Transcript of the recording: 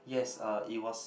yes uh it was